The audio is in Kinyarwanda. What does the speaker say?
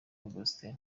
augustin